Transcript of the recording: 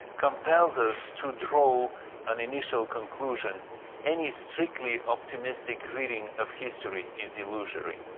compels us to draw an initial conclusion any strictly optimistic reading of history is illusory,